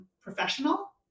professional